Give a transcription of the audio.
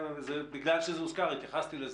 בגלל שזה הוזכר, התייחסתי לזה.